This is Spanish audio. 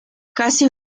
casi